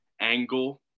angle